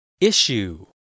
issue